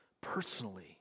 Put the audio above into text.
personally